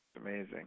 amazing